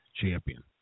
champion